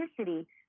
authenticity